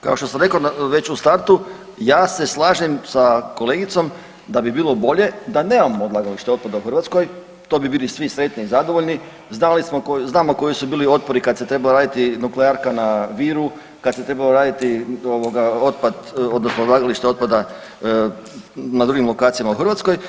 Da, kao što sam rekao već u startu ja se slažem sa kolegicom da bi bilo bolje da nemamo odlagalište otpada u Hrvatskoj, to bi bili svi sretni i zadovoljni, znamo koji su bili otpori kad se trebala raditi nuklearka na Viru, kad se trebao raditi ovoga otpad odnosno odlagalište otpada na drugim lokacijama u Hrvatskoj.